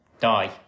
Die